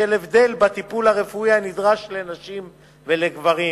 בשל הבדל בטיפול הרפואי הנדרש לנשים ולגברים.